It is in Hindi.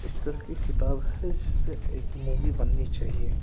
इस तरह कि किताब है जिस पर एक मूवी बननी चाहिए